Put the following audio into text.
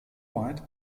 weit